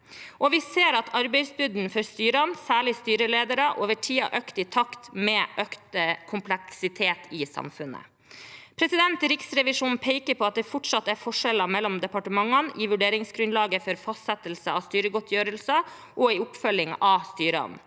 Vi ser at arbeidsbyrden for styrene, særlig for styreledere, over tid har økt i takt med økt kompleksitet i samfunnet. Riksrevisjonen peker på at det fortsatt er forskjeller mellom departementene i vurderingsgrunnlaget for fastsettelse av styregodtgjørelser og i oppfølgingen av styrene.